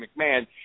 McMahon